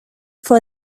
for